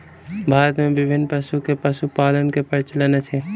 भारत मे विभिन्न पशु के पशुपालन के प्रचलन अछि